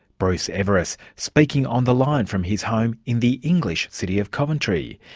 bruce everiss, speaking on the line from his home in the english city of coventry.